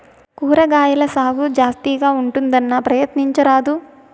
కూరగాయల సాగు జాస్తిగా ఉంటుందన్నా, ప్రయత్నించరాదూ